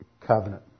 covenant